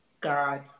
God